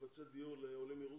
מקבצי דיור לעולים לרוסיה,